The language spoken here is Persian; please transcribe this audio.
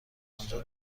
انجا